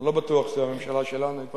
אני לא בטוח שזו הממשלה שלנו.